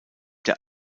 der